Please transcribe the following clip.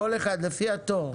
כל אחד לפי התור,